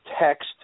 text